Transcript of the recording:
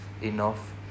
enough